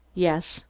yes,